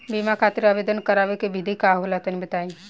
बीमा खातिर आवेदन करावे के विधि का होला तनि बताईं?